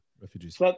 refugees